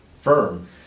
firm